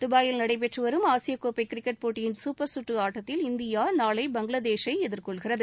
துபயில் நடைபெற்று வரும் ஆசியக் கோப்பை கிரிக்கெட் போட்டியின் சூப்பர் சுற்று ஆட்டத்தில் இந்தியா நாளை பங்களாதேஷை எதிர்கொள்கிறது